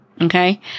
Okay